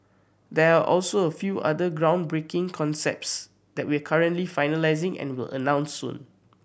there are also a few other groundbreaking concepts that we're currently finalising and will announce soon